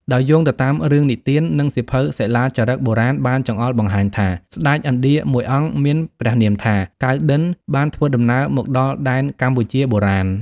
ដោយយោងទៅតាមរឿងនិទាន និងសៀវភៅសិលាចារឹកបុរាណបានចង្អុលបង្ហាញថា ស្ដេចឥណ្ឌាមួយអង្គមានព្រះនាមថា កៅណ្ឌិន្យ បានធ្វើដំណើរមកដល់ដែនកម្ពុជាបុរាណ។